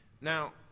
now